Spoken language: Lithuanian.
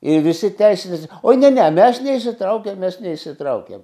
ir visi teisintis oj ne ne mes neįsitraukėm mes nesitraukėm